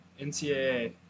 NCAA